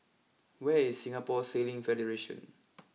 where is Singapore Sailing Federation